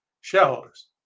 shareholders